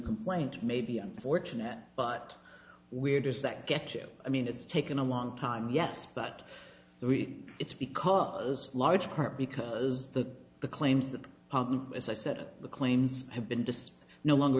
complaint may be unfortunate but where does that get you i mean it's taken a long time yes but really it's because large part because the the claims of the public as i said of the claims have been dissed no longer